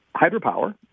hydropower